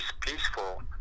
peaceful